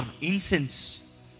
incense